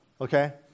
okay